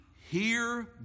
hear